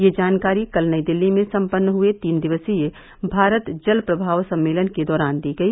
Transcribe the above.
यह जानकारी कल नई दिल्ली में संपन्न हुए तीन दिवसीय भारत जल प्रभाव सम्मेलन के दौरान दी गई